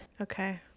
okay